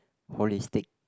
holistic